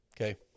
Okay